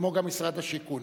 כמו גם משרד השיכון.